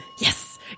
Yes